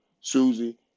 Susie